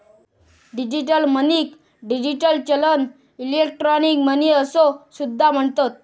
digital मनीक digital चलन, electronic money असो सुद्धा म्हणतत